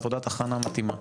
את עבודת ההכנה המתאימה.